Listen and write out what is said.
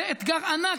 זה אתגר ענק,